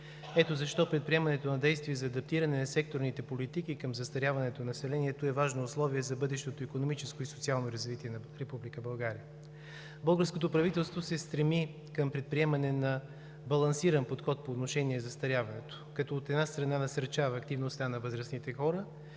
Ето защо предприемането на действия за адаптиране на секторните политики към застаряването на населението е важно условие за бъдещото икономическо и социално развитие на Република България. Българското правителство се стреми към предприемане на балансиран подход по отношение застаряването, като от една страна насърчава активността на възрастните хора